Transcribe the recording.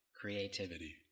Creativity